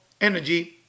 energy